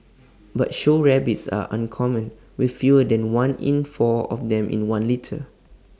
but show rabbits are uncommon with fewer than one in four of them in one litter